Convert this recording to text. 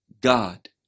God